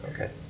Okay